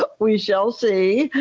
but we shall see.